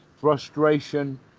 frustration